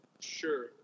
Sure